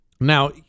Now